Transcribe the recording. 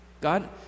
God